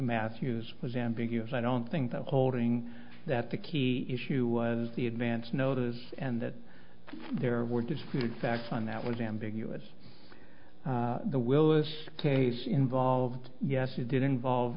matthews was ambiguous i don't think that holding that the key issue was the advance notice and that there were disputed facts and that was ambiguous the willis case involved yes it did involve